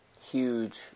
Huge